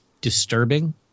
disturbing